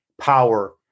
power